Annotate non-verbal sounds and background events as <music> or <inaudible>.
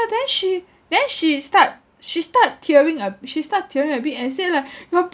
then she then she start she start tearing a she start tearing a bit and say like <breath> your